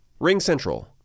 RingCentral